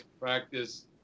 practice